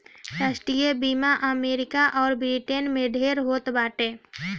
राष्ट्रीय बीमा अमरीका अउर ब्रिटेन में ढेर होत बाटे